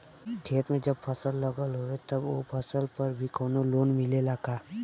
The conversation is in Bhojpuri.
खेत में जब फसल लगल होले तब ओ फसल पर भी कौनो लोन मिलेला का?